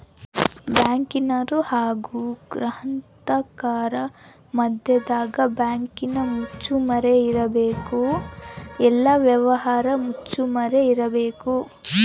ಬ್ಯಾಂಕಿನರು ಹಾಗು ಗ್ರಾಹಕರ ಮದ್ಯದಗ ಬ್ಯಾಂಕಿನ ಮುಚ್ಚುಮರೆ ಇರಬೇಕು, ಎಲ್ಲ ವ್ಯವಹಾರ ಮುಚ್ಚುಮರೆ ಇರಬೇಕು